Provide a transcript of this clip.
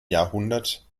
jahrhundert